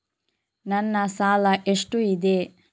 ನನ್ನ ಸಾಲ ಎಷ್ಟು ಇದೆ?